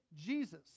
Jesus